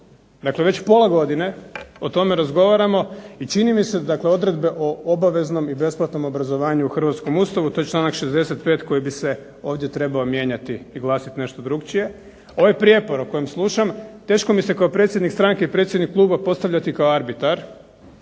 već pola godine, o tome razgovaramo i čini mi se dakle odredbe o obaveznom i besplatnom obrazovanju u Hrvatskom ustavu to je članak 65. koji bi se ovdje trebao mijenjati i glasiti nešto drukčije. Ovaj prijepor o kojem slušam, teško mi se kao predsjednik stranke i predsjednik Kluba postavljati kao arbitar,